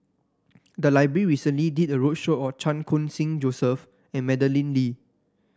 the library recently did a roadshow on Chan Khun Sing Joseph and Madeleine Lee